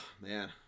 man